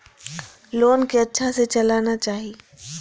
Loan के अच्छा से चलाना चाहि?